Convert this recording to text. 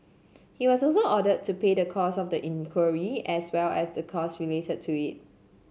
he was also ordered to pay the costs of the inquiry as well as the costs related to it